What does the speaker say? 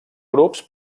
grups